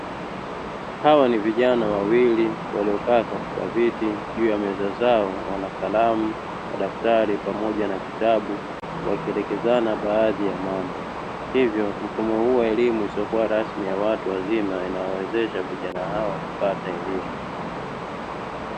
Hawa ni vijana wawili waliokaa katika viti, juu ya meza zao wana kalamu, madaftari pamoja na kitabu; wakielekezana baadhi ya mambo, hivyo mfumo huu wa elimu isiyokuwa rasmi ya watu wazima inawawezesha vijana hawa kupata elimu.